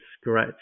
scratch